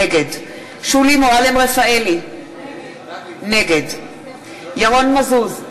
נגד שולי מועלם-רפאלי, נגד ירון מזוז,